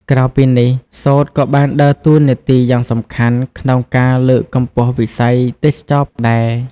ក្រៅពីនេះ សូត្រក៏បានដើរតួនាទីយ៉ាងសំខាន់ក្នុង ការលើកកម្ពស់វិស័យទេសចរណ៍ដែរ។